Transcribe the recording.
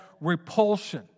repulsion